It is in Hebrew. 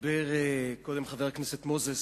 דיבר קודם חבר הכנסת מוזס,